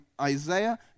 Isaiah